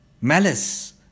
malice